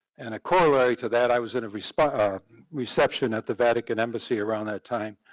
and a corollary to that i was in a response ah reception at the vatican embassy around that time.